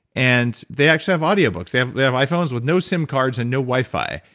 and they actually have audiobooks. they have they have iphones with no sim cards and no wifi.